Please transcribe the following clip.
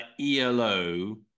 ELO